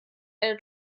eine